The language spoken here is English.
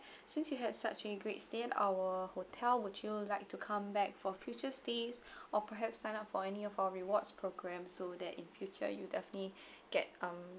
since you had such a great stay at our hotel would you like to come back for future stays or perhaps sign up for any of our rewards programs so that in future you'll definitely get um